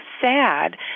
sad